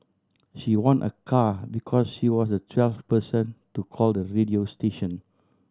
she won a car because she was the twelfth person to call the radio station